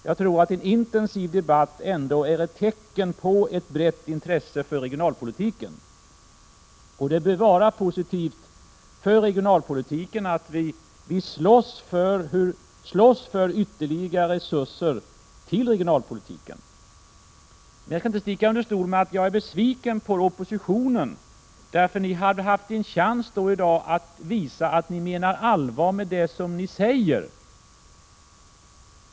Jag tror att en intensiv debatt ändå är ett tecken på ett brett intresse för regionalpolitiken. Och det bör vara positivt för regionalpolitiken att vi slåss för ytterligare resurser till regionalpolitiken. Men jag skall inte sticka under stol med att jag är besviken på oppositionen. Ni hade haft en chans i dag att visa att ni menar allvar med det som ni säger.